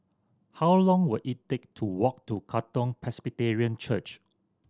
how long will it take to walk to Katong Presbyterian Church